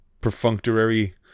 perfunctory